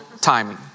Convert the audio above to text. timing